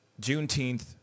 Juneteenth